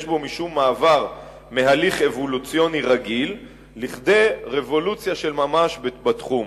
יש בו משום מעבר מתהליך אבולוציוני רגיל כדי רבולוציה של ממש בתחום.